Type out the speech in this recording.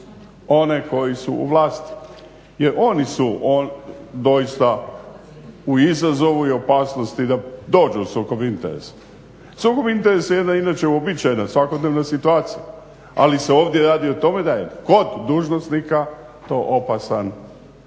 one koji su u vlasti jer oni su doista u izazovu i opasnosti da dođu u sukob interesa. Sukob interesa je jedna inače uobičajena svakodnevna situacija. Ali se ovdje radi o tome da je kod dužnosnika to opasna